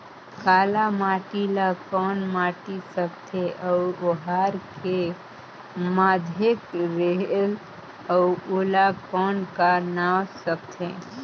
काला माटी ला कौन माटी सकथे अउ ओहार के माधेक रेहेल अउ ओला कौन का नाव सकथे?